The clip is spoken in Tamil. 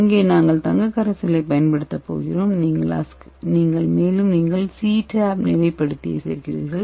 இங்கே நாங்கள் தங்கக் கரைசலைப் பயன்படுத்தப் போகிறோம் மேலும் நீங்கள் CTAB நிலைப்படுத்தியைச் சேர்க்கிறீர்கள்